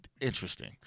interesting